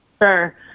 sure